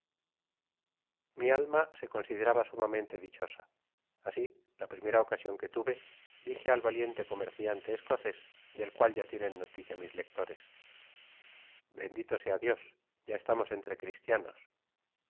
mi alma se consideraba suma mente dichosa asi la primera ocasion que tuve dije al valiente comerciante escocés del cual ya tienen noticia mis lectores r bendito sea dios ya estamos entre cristianos